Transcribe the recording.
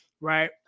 right